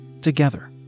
Together